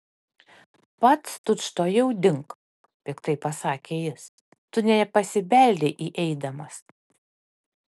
pats tučtuojau dink piktai pasakė jis tu nė nepasibeldei įeidamas